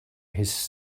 his